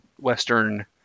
Western